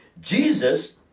Jesus